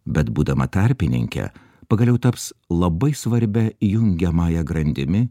bet būdama tarpininke pagaliau taps labai svarbia jungiamąja grandimi